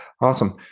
Awesome